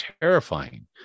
terrifying